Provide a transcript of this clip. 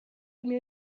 میای